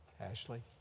Ashley